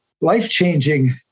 life-changing